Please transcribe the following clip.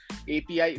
API